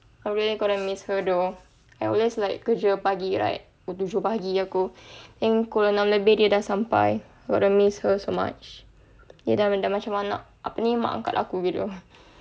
I'm really gonna miss her though I always like kerja pagi right pukul tujuh pagi aku then pukul enam pagi dia dah sampai gonna miss her so much dia dah macam anak apa ni mak angkat aku gitu